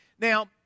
Now